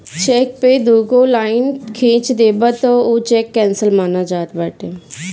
check पअ दुगो line खिंच देबअ तअ उ चेक केंसल मानल जात बाटे